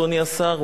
אדוני השר,